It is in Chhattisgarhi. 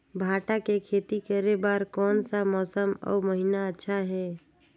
भांटा के खेती करे बार कोन सा मौसम अउ महीना अच्छा हे?